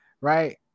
right